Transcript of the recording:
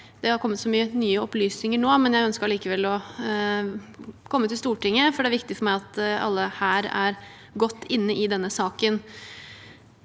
ikke har kommet så mange nye opplysninger nå, men jeg ønsket likevel å komme til Stortinget, for det er viktig for meg at alle her er godt inne i denne saken.